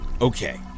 Okay